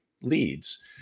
leads